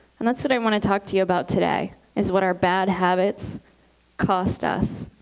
and that's what i want to talk to you about today is what our bad habits cost us.